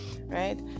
right